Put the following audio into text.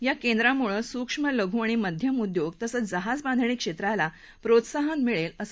या केंद्रामुळे सूक्ष्म लघू आणि मध्यम उद्योग तसंच जहाजबांधणी क्षेत्राला प्रोत्साहन मिळेल असं सावंत म्हणाले